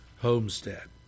homestead